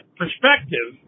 perspective